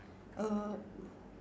err